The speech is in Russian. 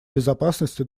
безопасности